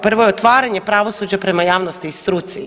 Prvo je otvaranje pravosuđa prema javnosti i struci.